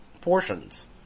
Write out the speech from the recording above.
portions